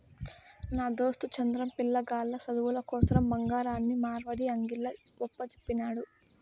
నా దోస్తు చంద్రం, పిలగాల్ల సదువుల కోసరం బంగారాన్ని మార్వడీ అంగిల్ల ఒప్పజెప్పినాడు